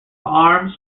arms